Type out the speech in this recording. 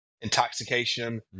intoxication